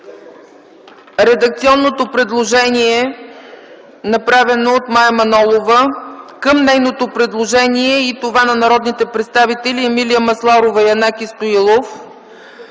редакционното предложение, направено от Мая Манолова към нейното предложение и това на народните представители Емилия Масларова и Янаки Стоилов,